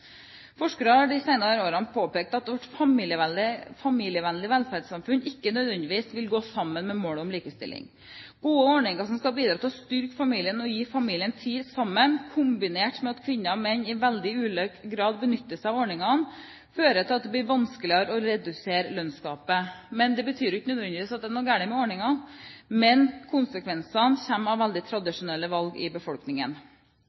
Forskere har de senere årene påpekt at vårt familievennlige velferdssamfunn ikke nødvendigvis vil gå sammen med målet om likestilling. Gode ordninger som skal bidra til å styrke familien og gi familien tid sammen, kombinert med at kvinner og menn i veldig ulik grad benytter seg av ordningene, fører til at det blir vanskeligere å redusere lønnsgapet. Det betyr ikke nødvendigvis at det er noe galt med ordningene, men konsekvensene kommer av veldig